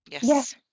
Yes